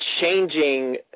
changing